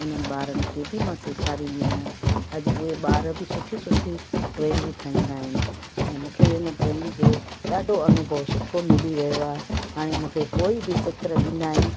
उन्हनि ॿारनि खे बि मां सेखारींदी आहियां अजु उहे ॿार बि सुठी सुठी ड्रॉईंगूं ठाहींदा आहिनि ऐं मूंखे उन ड्रॉइंग जो ॾाढो अनूभव सुठो मिली वियो आहे हाणे मूंखे कोई बि चित्र ॾींदा आहिनि